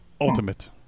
ultimate